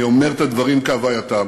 אני אומר את הדברים כהווייתם,